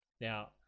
Now